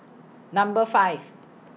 Number five